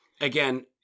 Again